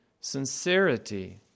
sincerity